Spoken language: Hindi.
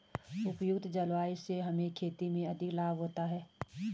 उपयुक्त जलवायु से हमें खेती में अधिक लाभ होता है